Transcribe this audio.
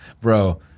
Bro